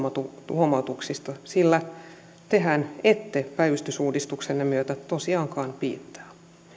huomautuksista sillä tehän ette päivystysuudistuksenne myötä tosiaankaan piittaa